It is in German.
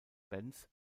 benz